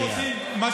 בבקשה.